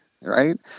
right